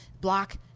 block